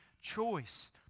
choice